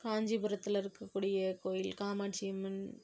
காஞ்சிபுரத்ததில் இருக்கக்கூடிய கோயில் காமாட்சியம்மன்